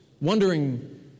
wondering